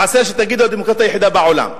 חסר שתגידו: הדמוקרטיה היחידה בעולם.